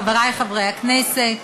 חברי חברי הכנסת,